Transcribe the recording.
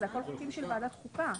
אלה הכול חוקים של ועדת חוקה.